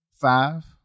five